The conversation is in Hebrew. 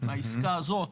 העסקה הזאת,